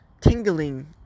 tingling